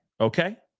Okay